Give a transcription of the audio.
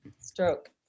Stroke